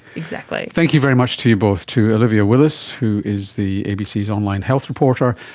exactly. thank you very much to you both, to olivia willis, who is the abcs online health reporter,